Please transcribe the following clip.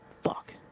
fuck